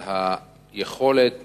על היכולת